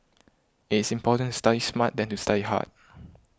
it is important study smart than to study hard